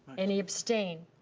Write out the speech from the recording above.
any abstain?